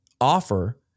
offer